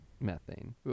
methane